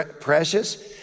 precious